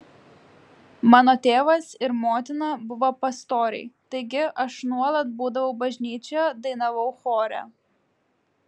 mano tėvas ir motina buvo pastoriai taigi aš nuolat būdavau bažnyčioje dainavau chore